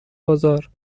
بازار